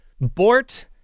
Bort